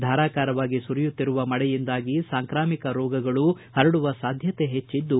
ಧಾರಾಕಾರವಾಗಿ ಸುರಿಯುತ್ತಿರುವ ಮಳೆಯಿಂದಾಗಿ ಸಾಂಕ್ರಾಮಿಕ ರೋಗಗಳು ಪರಡುವ ಸಾಧ್ಯತೆ ಹೆಚ್ಚಿದ್ದು